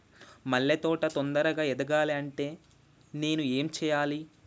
మల్లె తోట తొందరగా ఎదగాలి అంటే నేను ఏం చేయాలి?